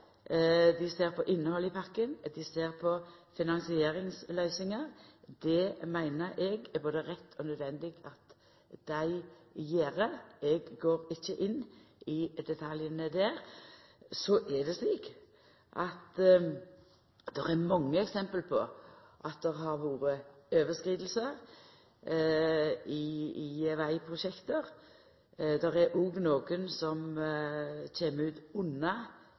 dei ser på innhaldet i pakken, dei ser på finansieringsløysingar. Det meiner eg er både rett og nødvendig at dei gjer. Eg går ikkje inn i detaljane der. Så er det mange eksempel på at det har vore overskridingar i vegprosjekt. Det er òg nokre som kjem ut under